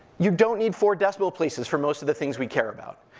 you don't need four decimal places for most of the things we care about.